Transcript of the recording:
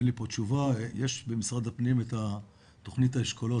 אין לי פה תשובה - יש במשרד הפנים את תוכנית האשכולות,